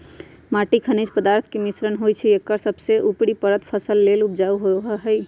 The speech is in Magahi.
माटी खनिज पदार्थ के मिश्रण होइ छइ एकर सबसे उपरी परत फसल लेल उपजाऊ होहइ